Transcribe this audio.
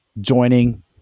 joining